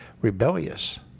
rebellious